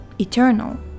eternal